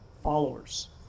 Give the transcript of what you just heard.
followers